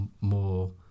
more